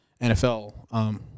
nfl